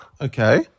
Okay